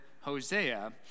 Hosea